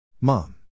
Mom